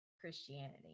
christianity